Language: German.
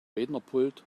rednerpult